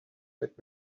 let